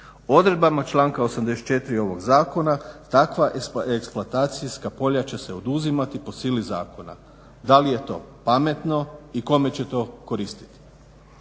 Odredbama članka 84. Ovoga zakona takva eksploatacijska polja će se oduzimati po sili zakona. Da li je to pametno Odredbom